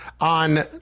on